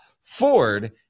ford